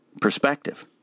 perspective